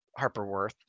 Harperworth